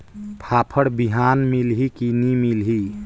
फाफण बिहान मिलही की नी मिलही?